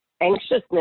anxiousness